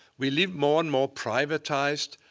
we live more and more privatized,